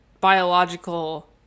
biological